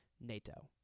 NATO